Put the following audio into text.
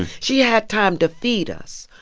she had time to feed us,